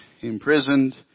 imprisoned